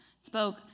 spoke